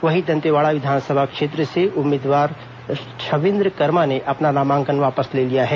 वहीं दंतेवाड़ा विधानसभा क्षेत्र से उम्मीदवार छविन्द्र कर्मा ने अपना नामांकन वापस ले लिया है